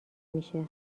میشه